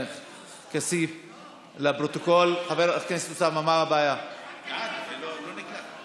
אני בעד, זה לא נקלט.